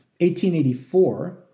1884